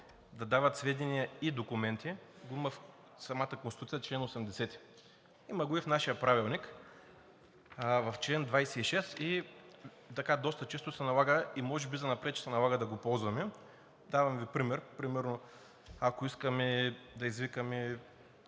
да дават сведения и документи го има в самата Конституция – чл. 80. Има го и в нашия правилник в чл. 26 и доста често се налага, и може би занапред ще се налага, да го ползваме. Примерно, ако искаме да извикаме